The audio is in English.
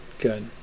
Good